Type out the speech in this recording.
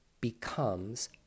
becomes